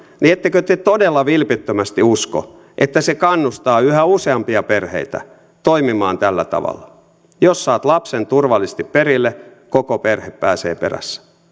niin ettekö te todella vilpittömästi usko että se kannustaa yhä useampia perheitä toimimaan tällä tavalla jos saat lapsen turvallisesti perille koko perhe pääsee perässä